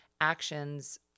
actions